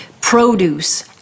produce